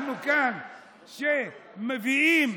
אנחנו כאן מביאים